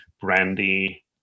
brandy